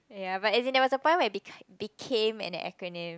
ya but it's as in there was a point in time where became an acronym